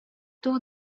туох